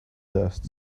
dust